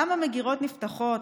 למה מגירות נפתחות,